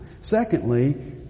Secondly